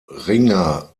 ringer